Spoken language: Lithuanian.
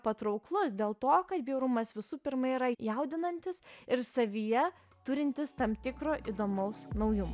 patrauklus dėl to kad bjaurumas visų pirma yra jaudinantis ir savyje turintis tam tikro įdomaus naujumo